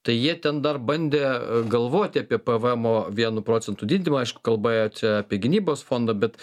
tai jie ten dar bandė galvoti apie pvm o vienu procentu didinimą aišku kalba ėjo čia apie gynybos fondą bet